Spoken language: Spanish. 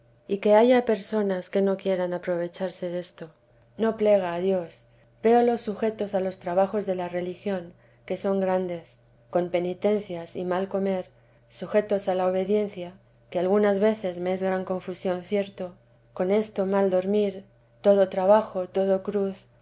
y que haya personas que no quieran aprovecharse de esto no plega a dios véolos sujetos a los trabajos de la religión que son grandes con penitencias y mal comer sujetos a la obediencia que algunas veces me es gran confusión cierto con esto mal dormir todo trabajo todo cruz